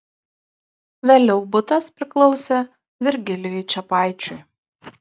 vėliau butas priklausė virgilijui čepaičiui